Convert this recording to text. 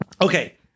Okay